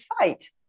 fight